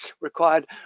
required